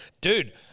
Dude